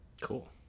Cool